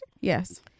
Yes